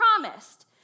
promised